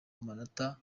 amanota